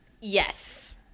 Yes